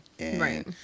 Right